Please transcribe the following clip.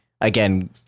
again